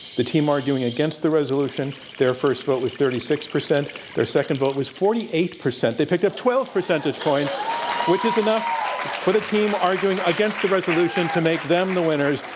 the team arguing against the resolution, their first vote was thirty six percent, their second vote was forty eight percent, they picked up twelve percentage points which is enough for the team arguing against the resolution to make them the winners.